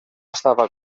estava